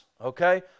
okay